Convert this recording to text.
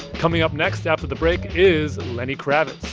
coming up next after the break is lenny kravitz